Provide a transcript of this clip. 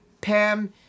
Pam